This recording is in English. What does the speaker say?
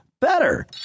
better